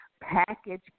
package